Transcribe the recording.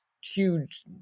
huge